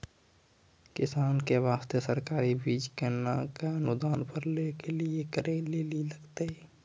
किसान के बास्ते सरकारी बीज केना कऽ अनुदान पर लै के लिए की करै लेली लागतै?